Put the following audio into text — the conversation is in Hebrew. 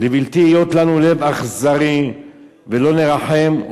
"לבלתי היות לנו לב אכזרי ולא נרחם".